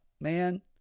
man